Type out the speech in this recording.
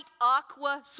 aqua